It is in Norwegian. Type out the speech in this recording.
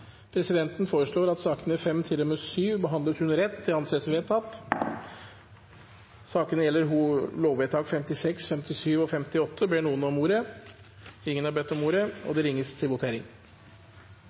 Presidenten foreslår at sakene nr. 5–7 behandles under ett. – Det anses vedtatt. Ingen har bedt om ordet